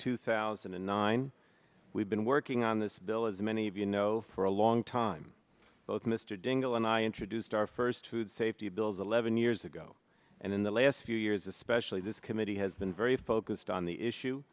two thousand and nine we've been working on this bill as many of you know for a long time both mr dingell and i introduced our first food safety bills eleven years ago and in the last few years especially this committee has been very focused on the issue